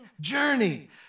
journey